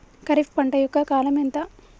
ఖరీఫ్ పంట యొక్క కాలం ఎంత?